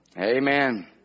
Amen